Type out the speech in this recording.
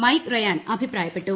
Mike Ryan അഭിപ്രായപ്പെട്ടു